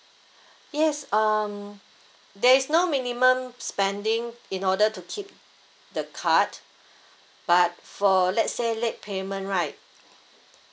yes um there is no minimum spending in order to keep the card but for let's say late payment right